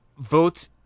vote